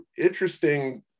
interesting